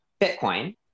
Bitcoin